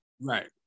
Right